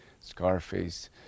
Scarface